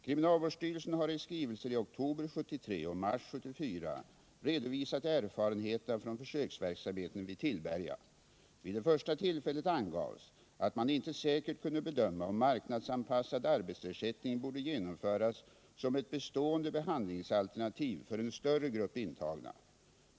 Kriminalvårdsstyrelsen har i skrivelser i oktober 1973 och i mars 1974 redovisat erfarenheterna från försöksverksamheten vid Tillberga. Vid det första tillfället angavs att man inte säkert kunde bedöma, om marknadsanpassad arbetsersättning borde införas som ett bestående behandlingsalternativ för en större grupp intagna.